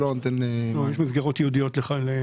יש מסגרות ייעודיות.